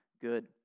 good